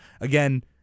Again